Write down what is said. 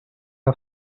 was